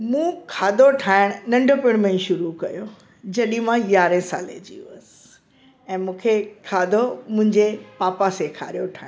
मूं खाधो ठाइण नंढपिण में ई शुरू कयो जॾहिं मां यारहें साले जी हुयसि ऐं मूंखे खाधो मुंहिंजे पापा सेखारियो ठाहिण